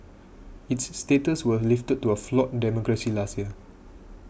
its status was lifted to a flawed democracy last year